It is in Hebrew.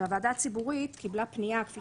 והוועדה הציבורית קיבלה פנייה כפי